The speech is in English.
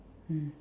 mm